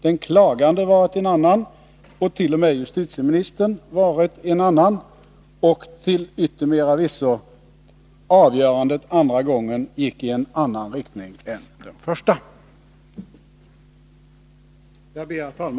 Den klagande har varit en annan, och t.o.m. justitieministern har varit en annan. Till yttermera visso gick avgörandet den andra gången i en annan riktning än första gången. Herr talman!